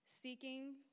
seeking